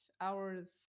hours